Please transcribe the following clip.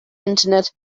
internet